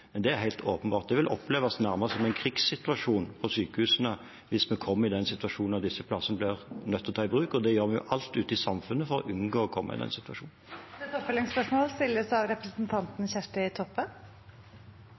Det er helt åpenbart, det vil oppleves nærmest som en krigssituasjon på sykehusene hvis vi kommer i den situasjonen og disse plassene blir nødt til å tas i bruk, og vi gjør alt vi kan ute i samfunnet for å unngå å komme i den situasjonen. Kjersti Toppe – til oppfølgingsspørsmål.